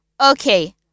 Okay